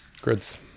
grids